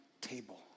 table